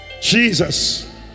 Jesus